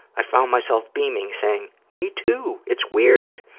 i found myself beaming, saying, me, too, it's weird.